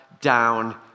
down